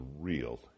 real